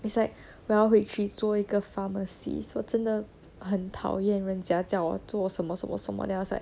it's like well 我要回去做一个 pharmacy 说真的很讨厌人家教我做什么什么 then I was like